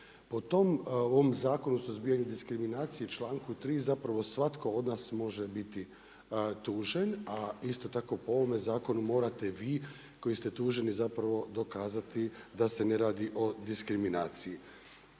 Po ovom zakonu o suzbijanju diskriminacije i članku 3. svatko od nas može biti tužen, a isto tako po ovome zakonu morate vi koji ste tuženi dokazati da se ne radi o diskriminaciji.